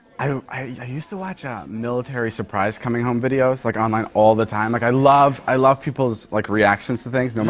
i used to watch um military surprise coming home videos, like, online all the time. like, i love i love people's, like, reactions to things,